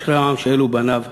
אשרי העם שאלו בניו,